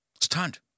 Stand